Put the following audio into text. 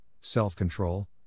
self-control